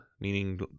meaning